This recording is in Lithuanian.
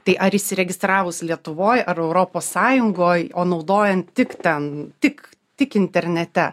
tai ar įsiregistravus lietuvoj ar europos sąjungoj o naudojant tik ten tik tik internete